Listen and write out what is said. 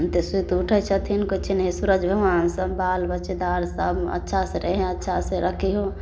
ओनाहिते सुति ऊठै छथिन कहै छियैन हे सूरज भगवान सब बाल बच्चेदार सब अच्छा से रहै अच्छा से रखियौ